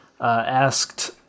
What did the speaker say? asked